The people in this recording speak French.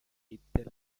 était